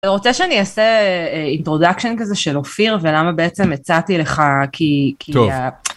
אתה רוצה שאני אעשה introduction כזה של אופיר ולמה בעצם הצעתי לך כי. טוב.